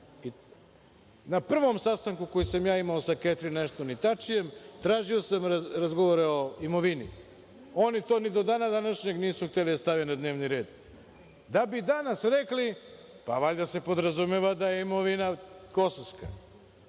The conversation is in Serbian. Na prvom sastanku koji sam imao sa Ketrin Ešton i Tačijem tražio sam razgovore o imovini. Oni to ni do dana današnjeg nisu hteli da stave na dnevni red, da bi danas rekli – pa, valjda se podrazumeva da je imovina kosovska.